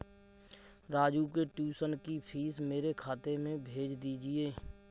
राजू के ट्यूशन की फीस मेरे खाते में भेज दीजिए